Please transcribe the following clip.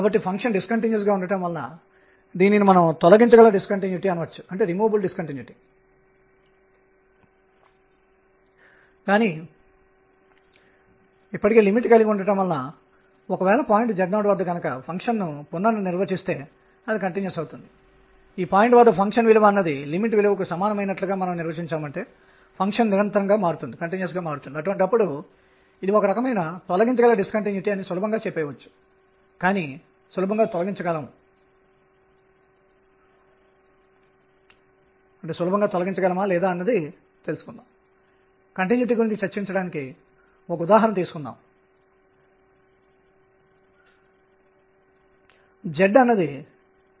కాబట్టి దీనికోసం మనం వేసే సరైన అడుగు ఏమిటంటే మొదటిది ఏది సౌకర్యవంతంగా ఉంటే దానిని స్పేస్ వేరియబుల్స్ పరంగా ఎనర్జీ E ని వ్రాయాలి మరియు రెండవది ఆ చరరాశికి సంబంధించిన p ని ప్రస్తుతానికి X గా పిలుద్దాం ఇది ∂E x